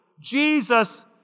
Jesus